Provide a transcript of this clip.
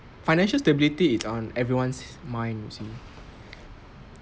financial stability is on everyone's mind you see